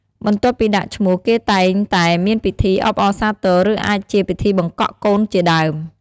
បន្ទាប់ពីដាក់ឈ្មោះ គេតែងតែមានពិធីអបអរសាទរ ឬអាចជាពិធីបង្កក់កូនជាដើម។